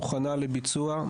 מוכנה לביצוע.